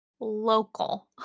local